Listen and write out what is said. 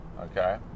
Okay